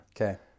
Okay